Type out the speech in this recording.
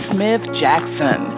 Smith-Jackson